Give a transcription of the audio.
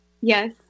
Yes